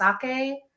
sake